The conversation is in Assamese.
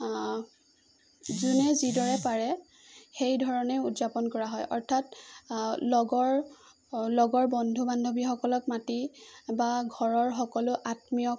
যোনে যিদৰে পাৰে সেইধৰণে উদযাপন কৰা হয় অৰ্থাৎ লগৰ লগৰ বন্ধু বান্ধৱীসকলক মাতি বা ঘৰৰ সকলো আত্মীয়ক